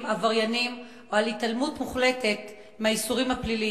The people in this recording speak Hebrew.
העברייניים או על התעלמות מוחלטת מהאיסורים הפליליים.